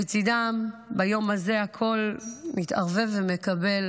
לצידם, ביום הזה הכול מתערבב ומקבל